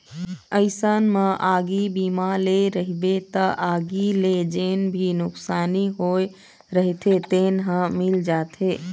अइसन म आगी बीमा ले रहिबे त आगी ले जेन भी नुकसानी होय रहिथे तेन ह मिल जाथे